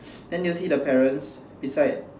then you see the parents beside